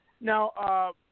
Now